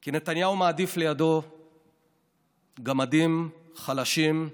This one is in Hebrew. כי נתניהו מעדיף לידו גמדים, חלשים,